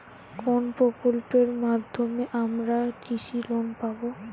কোন প্রকল্পের মাধ্যমে আমরা কৃষি লোন পাবো?